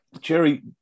Jerry